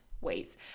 ways